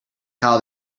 how